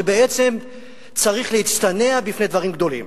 שצריך להצטנע בפני דברים גדולים,